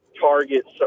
targets